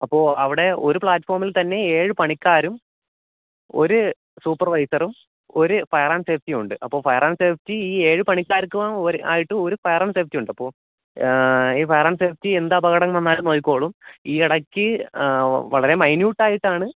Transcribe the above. അപ്പോൾ അവിടെ ഒര് പ്ലാറ്റഫോമിൽത്തന്നെ ഏഴ് പണിക്കാരും ഒരു സൂപ്പർവൈസറും ഒരു ഫയർ ആൻഡ് സേഫ്റ്റിയും ഉണ്ട് അപ്പം ഫയർ ആൻഡ് സേഫ്റ്റി ഈ ഏഴ് പണിക്കാർക്കും ഒരു ആയിട്ട് ഒരു ഫയർ ആൻഡ് സേഫ്റ്റി ഉണ്ട് അപ്പോൾ ഈ ഫയർ ആൻഡ് സേഫ്റ്റി എന്ത് അപകടം വന്നാലും നോക്കിക്കോളും ഈ ഇടക്ക് വളരെ മൈനൂട്ട് ആയിട്ടാണ്